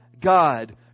God